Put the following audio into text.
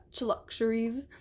luxuries